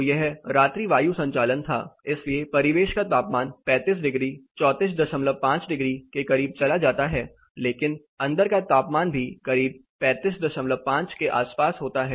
तो यह रात्रि वायु संचालित था इसलिए परिवेश का तापमान 35 डिग्री 345 डिग्री के करीब चला जाता है लेकिन अंदर का तापमान भी करीब 355 के आसपास हो जाता है